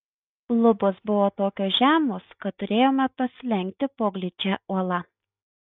lubos buvo tokios žemos kad turėjome pasilenkti po gličia uola